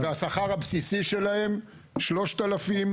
והשכר הבסיסי שלהם הוא שלושת אלפים,